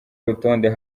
urutonde